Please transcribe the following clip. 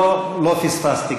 לא פספסתי.